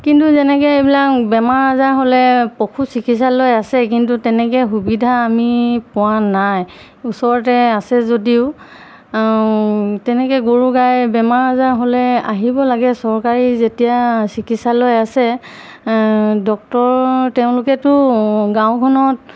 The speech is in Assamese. কিন্তু যেনেকৈ এইবিলাক বেমাৰ আজাৰ হ'লে পশু চিকিৎসালয় আছে কিন্তু তেনেকৈ সুবিধা আমি পোৱা নাই ওচৰতে আছে যদিও তেনেকৈ গৰু গাই বেমাৰ আজাৰ হ'লে আহিব লাগে চৰকাৰী যেতিয়া চিকিৎসালয় আছে ডক্টৰ তেওঁলোকেতো গাঁওখনত